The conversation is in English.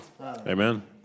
Amen